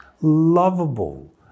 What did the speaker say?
lovable